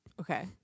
Okay